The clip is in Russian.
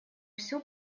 всю